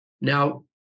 Now